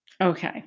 Okay